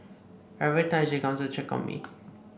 every time she comes to check on me